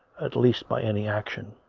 at least by any action,